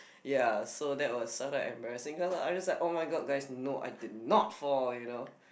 ya so that was some embarrassing lah I just like oh-my-god guys no I did not fall you know